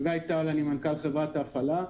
אני מנכ"ל חברת ההפעלה.